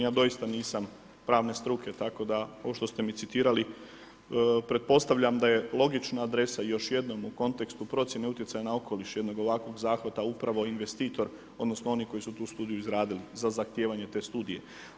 Ja doista nisam pravne struke, tako da ovo što ste mi citirali pretpostavljam da je logična adresa još jednom u kontekstu procjene utjecaja na okoliš jednog ovakvog zahvata upravo investitor, odnosno oni koji su tu studiju izradili za zahtijevanje te studije.